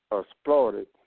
exploited